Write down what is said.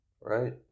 right